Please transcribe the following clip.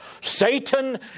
Satan